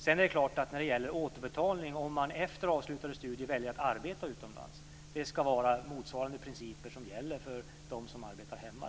Sedan är det klart att om man efter avslutade studier väljer att arbeta utomlands ska motsvarande principer gälla som för dem som arbetar hemma.